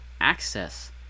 access